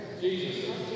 Jesus